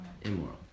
Immoral